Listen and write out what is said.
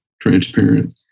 transparent